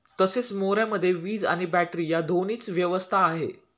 तसेच मोऱ्यामध्ये वीज आणि बॅटरी या दोन्हीची व्यवस्था आहे